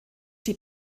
die